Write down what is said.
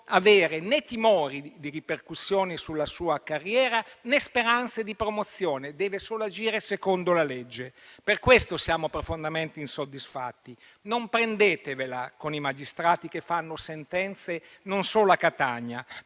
avere né timori di ripercussioni sulla sua carriera, né speranze di promozione: deve solo agire secondo la legge. Per questo siamo profondamente insoddisfatti. Non prendetevela con i magistrati che fanno sentenze, non solo a Catania.